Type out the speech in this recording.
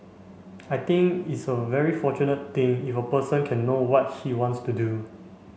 I think it's a very fortunate thing if a person can know what he wants to do